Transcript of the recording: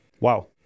Wow